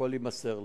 הכול יימסר לו.